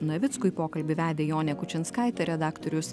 navickui pokalbį vedė jonė kučinskaitė redaktorius